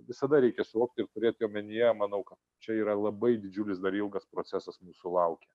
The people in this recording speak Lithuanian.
visada reikia suvokti ir turėti omenyje manau kad čia yra labai didžiulis dar ilgas procesas mūsų laukia